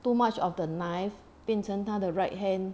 too much of the knife 变成他的 right hand